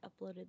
uploaded